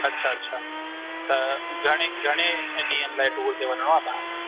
अछा अछा त घणे घणे ॾींहनि लाइ टूर ते वञिणो आहे तव्हांखे